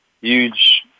huge